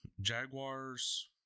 Jaguars